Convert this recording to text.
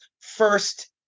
First